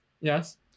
yes